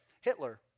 Hitler